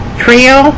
trio